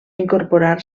incorporar